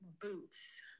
boots